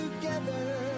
together